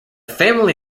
family